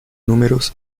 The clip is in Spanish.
números